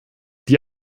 die